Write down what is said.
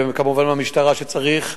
וכמובן מהמשטרה כשצריך.